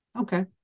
Okay